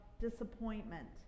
disappointment